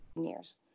years